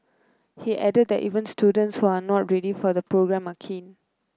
he added that even students who are not ready for the programme are keen